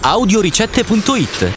Audioricette.it